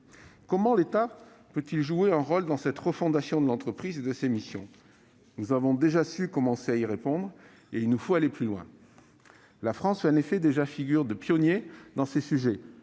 Comment l'État peut-il jouer un rôle dans cette refondation de l'entreprise et de ses missions ? Nous avons déjà commencé à y répondre ; il nous faut aller plus loin. La France fait en effet déjà figure de pionnier sur ces sujets.